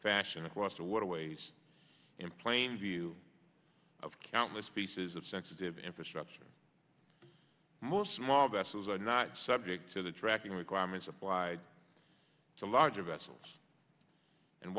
fashion across the waterways in plain view of countless pieces of sensitive infrastructure most small vessels are not subject to the tracking requirements applied to larger vessels and